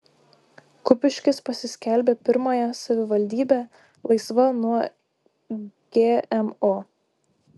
kupiškis pasiskelbė pirmąją savivaldybe laisva nuo gmo